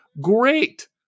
great